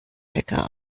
hacker